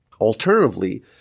Alternatively